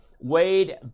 Wade